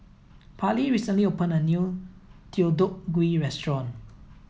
Parlee recently opened a new Deodeok Gui Restaurant